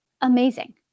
Amazing